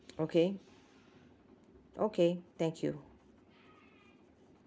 okay okay thank you